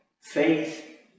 Faith